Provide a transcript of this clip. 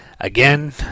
Again